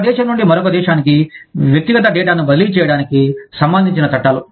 ఒక దేశం నుండి మరొక దేశానికి వ్యక్తిగత డేటాను బదిలీ చేయడానికి సంబంధించిన చట్టాలు